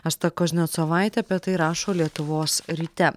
asta kuznecovaitė apie tai rašo lietuvos ryte